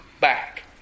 back